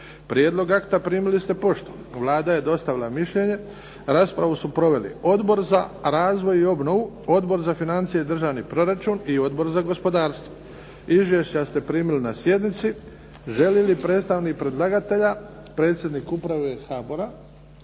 Prijedlog akta primili ste poštom. Vlada je dostavila mišljenje. Raspravu su proveli Odbor za razvoj i obnovu, Odbor za financije i državni proračun i Odbor za gospodarstvo. Izvješća ste primili na sjednici. Želi li predstavnik predlagatelja? Predsjednik Uprave HBOR-a,